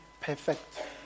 perfect